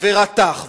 ורתח.